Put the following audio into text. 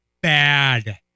bad